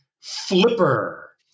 Flipper